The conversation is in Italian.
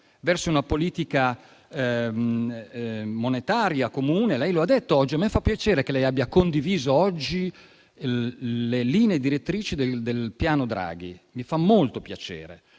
verso una politica monetaria comune. Lei lo ha detto oggi e a me fa piacere che lei abbia condiviso oggi le linee direttrici del Piano Draghi; mi fa molto piacere,